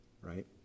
right